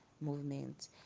movement